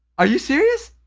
are you serious?